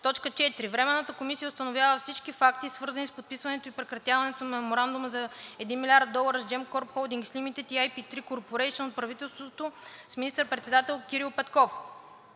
4. Временната комисия установява всички факти, свързани с подписването и прекратяването на Меморандума за 1 млрд. долара с Gemcorp Holdings Limited и IP3 Corporation от правителството с министър-председател Кирил Петков.